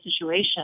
situation